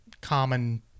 common